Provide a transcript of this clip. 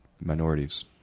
minorities